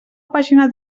pàgina